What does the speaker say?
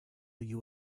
you